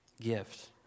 gift